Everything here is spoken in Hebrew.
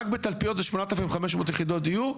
רק בתלפיות זה 8,500 יחידות דיור,